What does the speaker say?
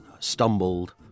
Stumbled